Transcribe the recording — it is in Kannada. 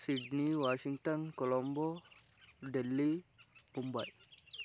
Sydney Washington Colombo Delhi Mumbai